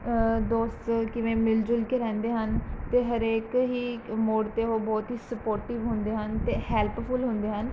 ਦੋਸਤ ਕਿਵੇਂ ਮਿਲ ਜੁਲ ਕੇ ਰਹਿੰਦੇ ਹਨ ਅਤੇ ਹਰੇਕ ਹੀ ਮੋੜ 'ਤੇ ਉਹ ਬਹੁਤ ਹੀ ਸਪੋਰਟਿਵ ਹੁੰਦੇ ਹਨ ਅਤੇ ਹੈਲਪਫੁੱਲ ਹੁੰਦੇ ਹਨ